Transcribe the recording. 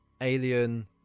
Alien